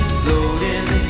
floating